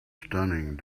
stunning